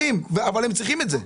אבל הם צריכים את זה.